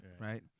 right